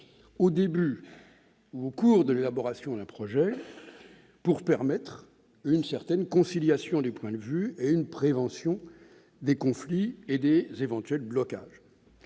au début ou en cours d'élaboration d'un projet, pour permettre une certaine conciliation des points de vue, ainsi qu'une prévention des conflits et des éventuels blocages,